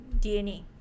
DNA